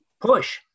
push